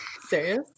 serious